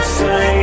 say